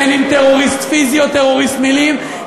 אם טרוריסט פיזי או טרוריסט מילים,